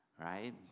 right